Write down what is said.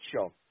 Show